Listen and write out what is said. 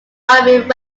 irving